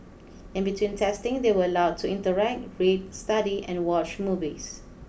in between testing they were allowed to interact read study and watch movies